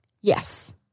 Yes